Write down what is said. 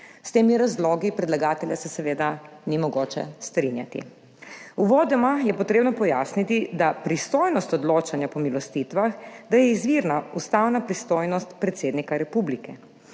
S temi razlogi predlagatelja se seveda ni mogoče strinjati. Uvodoma je potrebno pojasniti, da pristojnost odločanja o pomilostitvah, da je izvirna ustavna pristojnost predsednika Republike.